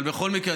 אבל בכל מקרה,